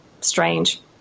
strange